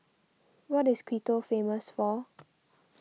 what is Quito famous for